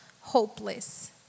hopeless